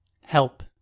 Help